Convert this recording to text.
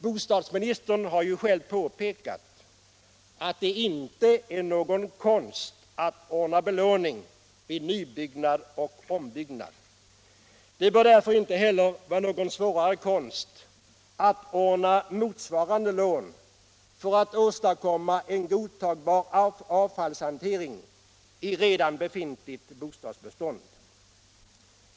Bostadsministern har ju själv påpekat att det inte är någon konst att ordna belåning vid nybyggnad och ombyggnad. Det bör därför inte heller vara någon svårare konst att ordna motsvarande lån för att åstadkomma en godtagbar avfallshantering i redan befintligt bostadsbestånd.